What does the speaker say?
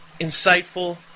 insightful